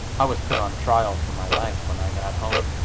i was put on trial for my life when i got home!